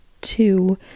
Two